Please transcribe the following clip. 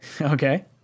Okay